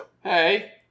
Hey